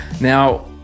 Now